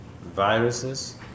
viruses